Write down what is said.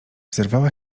zerwała